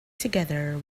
together